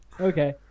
Okay